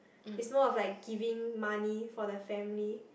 is more of like giving money for the family